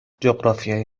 جغرافیای